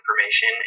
information